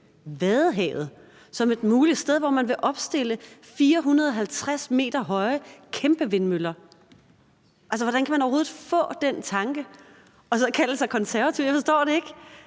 Vadehavet! – som et muligt sted at opstille 450 m høje kæmpe vindmøller. Hvordan kan man overhovedet få den tanke og så kalde sig konservative? Jeg forstår det ikke.